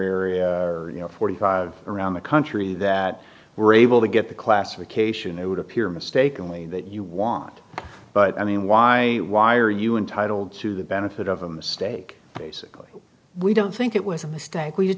area forty five around the country that were able to get the classification it would appear mistakenly that you want but i mean why why are you entitled to the benefit of a mistake basically we don't think it was a mistake we